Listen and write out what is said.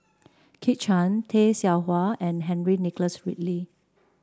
Kit Chan Tay Seow Huah and Henry Nicholas Ridley